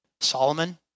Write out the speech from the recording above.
Solomon